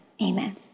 Amen